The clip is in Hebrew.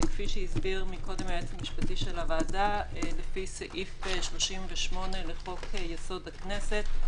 כפי שהסביר קודם היועץ המשפטי של הוועדה לפי סעיף 38 לחוק-יסוד: הכנסת,